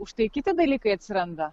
užtai kiti dalykai atsiranda